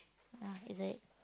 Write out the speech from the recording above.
ya it's like